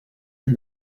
and